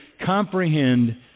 comprehend